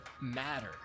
matter